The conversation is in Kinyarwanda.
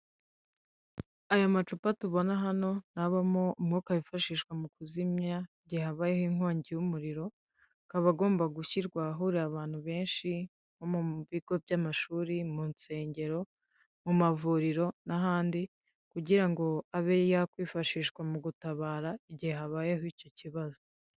Aya macupa tubona hano, ni abamo umwuka wifashishwa mu kuzimya igihe habayeho inkongi y'umuriro, akaba agomba gushyirwa ahahurira abantu benshi, nko mu bigo by'amashuri, mu nsengero, mu mavuriro n'ahandi, kugira ngo abe yakwifashishwa mu gutabara, igihe habayeho icyo kibazo.